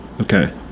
Okay